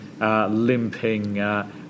limping